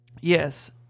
yes